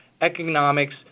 economics